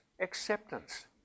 acceptance